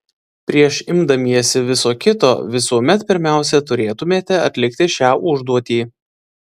prieš imdamiesi viso kito visuomet pirmiausia turėtumėte atlikti šią užduotį